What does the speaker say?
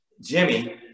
Jimmy